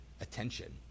attention